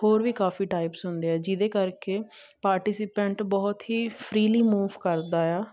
ਹੋਰ ਵੀ ਕਾਫੀ ਟਾਈਪਸ ਹੁੰਦੇ ਆ ਜਿਹਦੇ ਕਰਕੇ ਪਾਰਟੀਸੀਪੈਂਟ ਬਹੁਤ ਹੀ ਫਰੀਲੀ ਮੂਵ ਕਰਦਾਇਆ